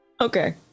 Okay